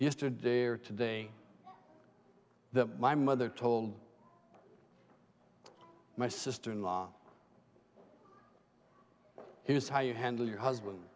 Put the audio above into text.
yesterday or today that my mother told my sister in law here's how you handle your husband